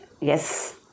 Yes